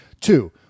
Two